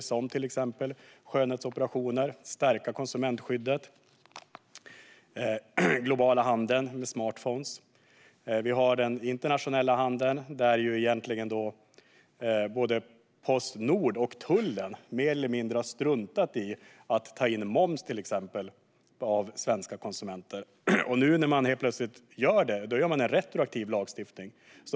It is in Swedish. Det handlar till exempel om skönhetsoperationer, om att stärka konsumentskyddet och om den globala handeln med smartphones. Vi har den internationella handeln, där både Postnord och tullen mer eller mindre har struntat i att ta in moms av svenska konsumenter. När man nu helt plötsligt gör det görs en retroaktiv lagstiftning.